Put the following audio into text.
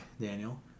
Daniel